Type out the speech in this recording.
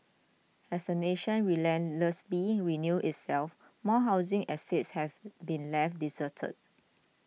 as the nation relentlessly renews itself more housing estates have been left deserted